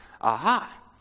Aha